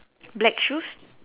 black shoes